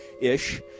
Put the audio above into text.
ish